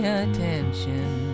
attention